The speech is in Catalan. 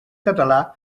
català